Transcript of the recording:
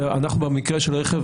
במקרה של הרכב,